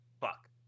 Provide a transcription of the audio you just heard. fuck